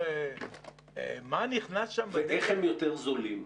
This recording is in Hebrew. איך הם יותר זולים?